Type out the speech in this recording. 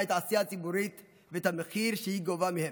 את העשייה הציבורית ואת המחיר שהיא גובה מהם,